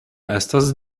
estas